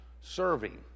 serving